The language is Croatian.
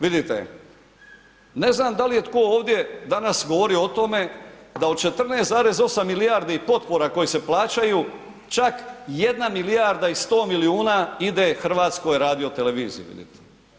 Vidite, ne znam da li je tko ovdje danas govorio o tome da od 14,8 milijardi potpora koje se plaćaju, čak 1 milijarda i 100 milijuna ide HRT-u, vidite.